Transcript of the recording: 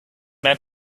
man